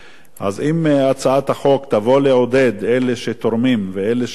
אז אם הצעת החוק תבוא לעודד את אלה שתורמים ואלה שיתרמו